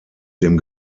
dem